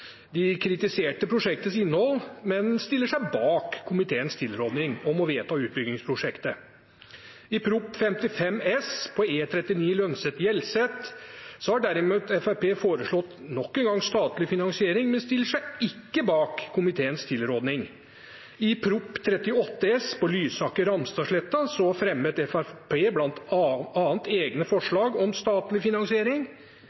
De kritiserte prosjektets innhold, men stilte seg bak komiteens tilråding om å vedta utbyggingsprosjektet. I innstillingen til Prop. 55 S for 2020–2021, om E39 Lønset–Hjelset, foreslo Fremskrittspartiet nok en gang statlig finansiering, men stilte seg ikke bak komiteens tilråding. I innstillingen til Prop. 38 S for 2019–2020, om Lysaker–Ramstadsletta, fremmet